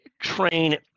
train